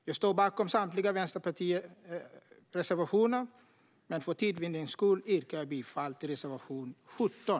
Jag står bakom Vänsterpartiets samtliga reservationer, men för tids vinnande yrkar jag bifall till reservation 17.